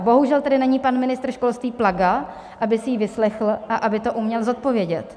A bohužel tady není pan ministr školství Plaga, aby si ji vyslechl a aby to uměl zodpovědět.